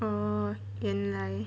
orh 原来